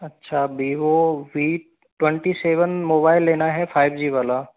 अच्छा अभी वो वी ट्वेंटी सेवन मोबाईल लेना है फाइव जी वाला